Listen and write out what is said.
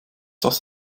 das